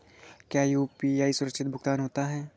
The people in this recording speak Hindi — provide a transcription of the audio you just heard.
क्या यू.पी.आई सुरक्षित भुगतान होता है?